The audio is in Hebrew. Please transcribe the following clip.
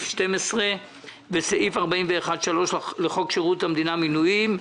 סעיף 12 וסעיף 41(3) לחוק שירות המדינה (מינויים),